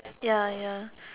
ya ya